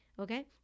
Okay